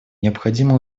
необходимо